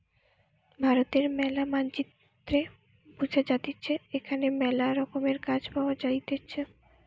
ভারতের ম্যালা মানচিত্রে বুঝা যাইতেছে এখানে মেলা রকমের গাছ পাওয়া যাইতেছে